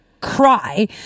cry